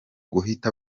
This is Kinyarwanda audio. guhita